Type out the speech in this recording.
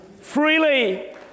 Freely